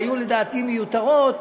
שלדעתי היו מיותרות,